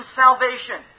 salvation